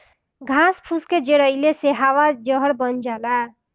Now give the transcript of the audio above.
घास फूस के जरइले से हवा जहर बन जाला